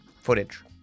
footage